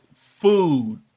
food